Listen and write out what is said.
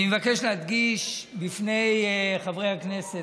אני מבקש להדגיש בפני חברי הכנסת,